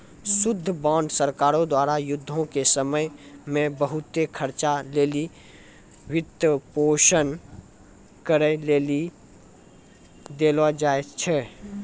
युद्ध बांड सरकारो द्वारा युद्धो के समय मे बहुते खर्चा लेली वित्तपोषन करै लेली देलो जाय छै